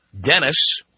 Dennis